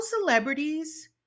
celebrities